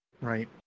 Right